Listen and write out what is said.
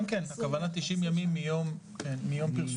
כן, הכוונה 90 ימים מיום פרסומו.